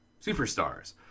superstars